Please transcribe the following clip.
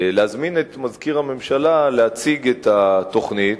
להזמין את מזכיר הממשלה להציג את התוכנית,